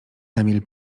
emil